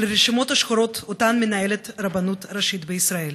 של הרשימות השחורות שאותן מנהלת הרבנות הראשית בישראל.